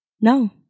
No